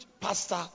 pastor